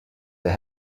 they